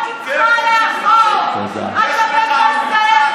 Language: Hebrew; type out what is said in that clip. למה אתה מפלה?